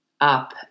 up